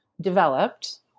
developed